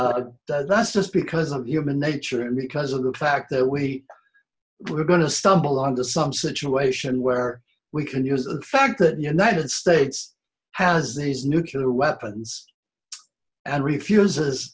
and that's just because of human nature and because of the fact that we were going to stumble on to some situation where we can use the fact that the united states has these nuclear weapons and refuses